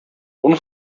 one